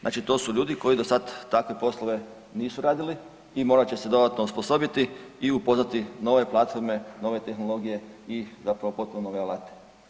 Znači to su ljudi koji do sada takve poslove nisu radili i morat će se dodatno osposobiti i upoznati nove platforme, nove tehnologije i zapravo potpuno nove alate.